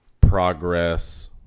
progress